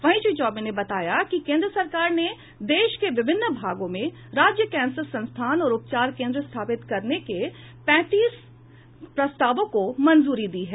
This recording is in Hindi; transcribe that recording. वहीं श्री चौबे ने बताया कि केन्द्र सरकार ने देश के विभिन्न भागों में राज्य कैंसर संस्थान और उपचार केंद्र स्थापित करने के पैंतीस प्रस्तावों को मंजूरी दी है